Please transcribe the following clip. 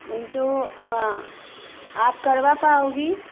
तो आप करवा पाओगी